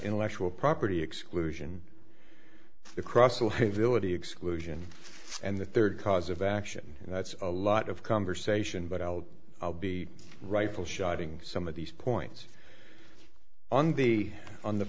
intellectual property exclusion across the villany exclusion and the third cause of action and that's a lot of conversation but i'll be rightful shotting some of these points on the on the